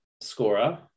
scorer